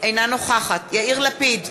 אינה נוכחת יאיר לפיד,